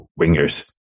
wingers